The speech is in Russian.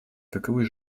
каковы